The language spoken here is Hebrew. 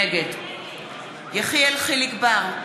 נגד יחיאל חיליק בר,